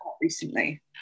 recently